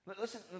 Listen